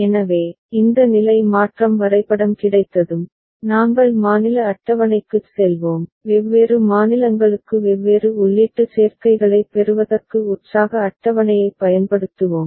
எனவே இந்த நிலை மாற்றம் வரைபடம் கிடைத்ததும் நாங்கள் மாநில அட்டவணைக்குச் செல்வோம் வெவ்வேறு மாநிலங்களுக்கு வெவ்வேறு உள்ளீட்டு சேர்க்கைகளைப் பெறுவதற்கு உற்சாக அட்டவணையைப் பயன்படுத்துவோம்